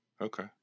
Okay